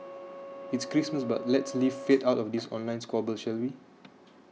it's Christmas but let's leave faith out of this online squabble shall we